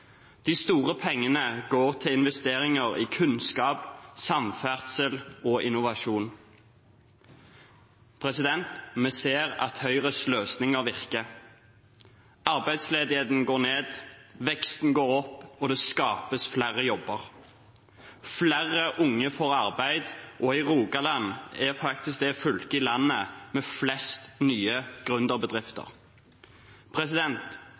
De store pengene går til investeringer i kunnskap, samferdsel og innovasjon. Vi ser at Høyres løsninger virker. Arbeidsledigheten går ned, veksten går opp, og det skapes flere jobber. Flere unge får arbeid, og Rogaland er faktisk det fylket i landet med flest nye